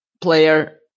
player